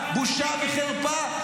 בושה וחרפה".